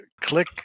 Click